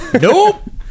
Nope